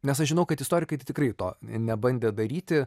nes aš žinau kad istorikai tikrai to nebandė daryti